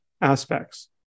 aspects